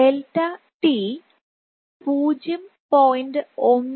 delta t 𝚫t 0